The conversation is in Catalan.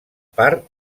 part